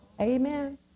Amen